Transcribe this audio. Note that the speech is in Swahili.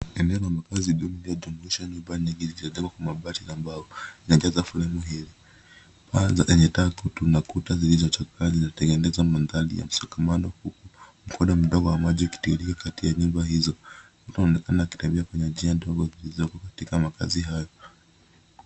Eneo la makazi duni linalojumuisha nyumba nyingi zilizotengenezwa kwa mabati na mbao linajaza fremu hili. Paa zenye taa kutu na kuta zilizochakaa zinatengeneza mandhari ya msongamano, huku mkondo mdogo wa maji ukitiririka kati ya nyumba hizo. Mtu anaonekana akitembea kwenye njia ndogo zilizoko katika makazi hayo.